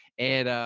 and,